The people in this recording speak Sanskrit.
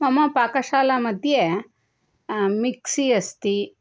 मम पाकशालामध्ये मिक्सि अस्ति